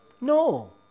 No